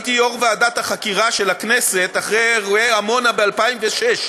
הייתי יושב-ראש ועדת החקירה של הכנסת אחרי אירועי עמונה ב-2006.